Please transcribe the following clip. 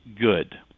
good